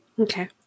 okay